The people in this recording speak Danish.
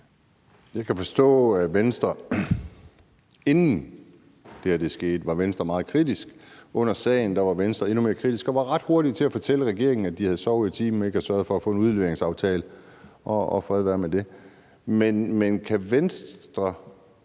Jeg kan forstå, at inden det her skete, var Venstre meget kritiske. Under sagen var Venstre endnu mere kritiske og ret hurtige til at fortælle regeringen, at de havde sovet i timen og ikke havde sørget for at få en udleveringsaftale – og fred være med det. Men kan Venstres